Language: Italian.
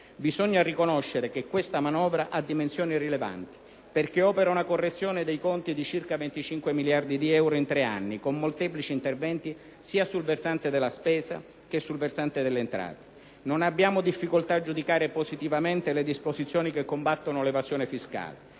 Bisogna riconoscere che questa manovra ha dimensioni rilevanti perché opera una correzione dei conti di circa 25 miliardi di euro in tre anni, con molteplici interventi, sia sul versante della spesa, che sul versante delle entrate. Non abbiamo difficoltà a giudicare positivamente le disposizioni che combattono l'evasione fiscale.